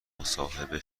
مصاحبه